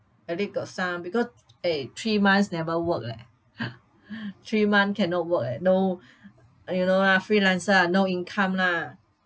at least got some because eh three months never work leh three month cannot work eh no uh you know lah freelancer no income lah